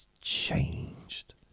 changed